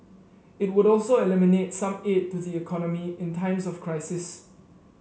it would also eliminate some aid to the economy in times of crisis